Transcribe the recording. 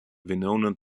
venona